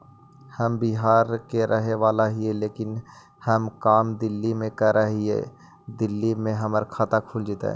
हम बिहार के रहेवाला हिय लेकिन हम काम दिल्ली में कर हिय, दिल्ली में हमर खाता खुल जैतै?